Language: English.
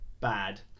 bad